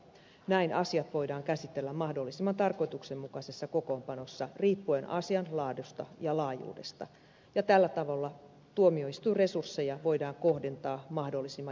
näin asiat voidaan käsitellä mahdollisimman tarkoituksenmukaisessa kokoonpanossa riippuen asian laadusta ja laajuudesta ja tällä tavalla tuomioistuinresursseja voidaan kohdentaa mahdollisimman järkiperäisesti